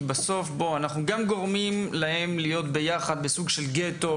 כי בסוף אנחנו גם גורמים להם להיות ביחד בסוג של גטו,